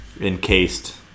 encased